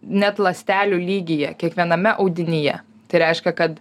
net ląstelių lygyje kiekviename audinyje tai reiškia kad